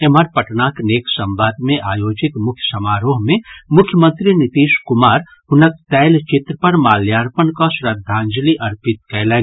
एम्हर पटनाक नेक संवाद मे आयोजित मुख्य समारोह मे मुख्यमंत्री नीतीश कुमार हुनक तैलचित्र पर माल्यार्पण कऽ श्रद्धांजलि अर्पित कयलनि